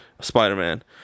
Spider-Man